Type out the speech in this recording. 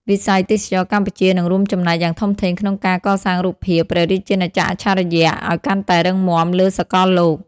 វិស័យទេសចរណ៍កម្ពុជានឹងរួមចំណែកយ៉ាងធំធេងក្នុងការកសាងរូបភាព "ព្រះរាជាណាចក្រអច្ឆរិយ" ឱ្យកាន់តែរឹងមាំលើសកលលោក។